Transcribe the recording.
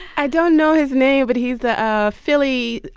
i don't know his name. but he's the ah philly.